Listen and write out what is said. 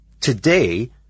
today